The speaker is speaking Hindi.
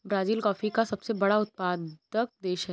ब्राज़ील कॉफी का सबसे बड़ा उत्पादक देश है